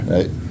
Right